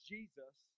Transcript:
Jesus